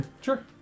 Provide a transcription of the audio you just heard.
Sure